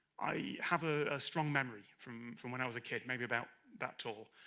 i have a strong memory from. from when i was a kid maybe about. that tall,